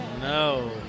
no